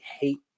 hate